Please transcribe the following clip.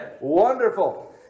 Wonderful